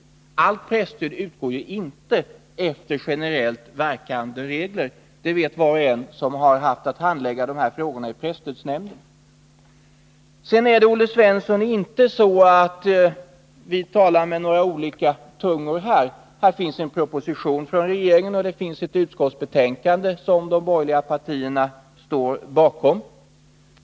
Allt presstöd utgår ju inte efter generellt verkande regler — det vet var och en som haft att handlägga de här frågorna i presstödsnämnden. Sedan är det, Olle Svensson, inte så att vi talar med några olika tungor. Det finns en proposition från regeringen, och det finns ett utskottsbetänkande som de borgerliga partierna står bakom.